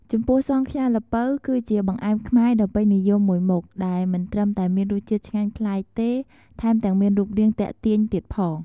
ចំពោះសង់ខ្យាល្ពៅ គឺជាបង្អែមខ្មែរដ៏ពេញនិយមមួយមុខ ដែលមិនត្រឹមតែមានរសជាតិឆ្ងាញ់ប្លែកទេ ថែមទាំងមានរូបរាងទាក់ទាញទៀតផង។